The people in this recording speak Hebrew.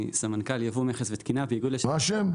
סמנכ"ל ייבוא מכס ותקינה באיגוד לשכות המסחר.